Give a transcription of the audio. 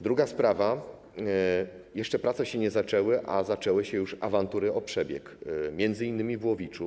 Druga sprawa: jeszcze prace się nie zaczęły, a zaczęły się już awantury o przebieg, m.in. w Łowiczu.